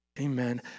Amen